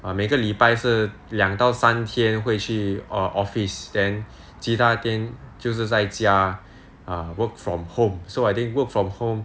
err 每个礼拜是两到三天会去 office then 其他天就是在家 err work from home so I think work from home